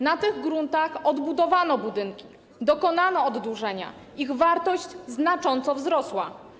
Na tych gruntach odbudowano budynki, dokonano oddłużenia, ich wartość znacząco wzrosła.